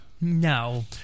No